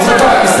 רבותי,